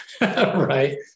right